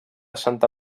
santa